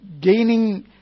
gaining